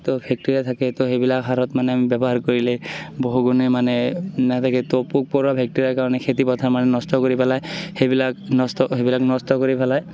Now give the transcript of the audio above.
তো বেক্টেৰীয়া থাকে তো সেইবিলাক সাৰত মানে ব্যৱহাৰ কৰিলে বহু গুণে মানে নাথাকে তো পোক পৰুৱা বেক্টেৰীয়া কাৰণে খেতিপথাৰ মানে নষ্ট কৰি পেলায় সেইবিলাক নষ্ট সেইবিলাক নষ্ট কৰি পেলায়